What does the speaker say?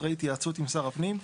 אחרי התייעצות עם שר הפנים,